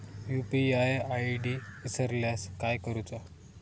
UPI ID इसरल्यास काय करुचा?